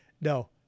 No